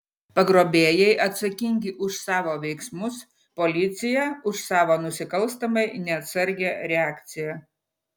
pagrobėjai atsakingi už savo veiksmus policija už savo nusikalstamai neatsargią reakciją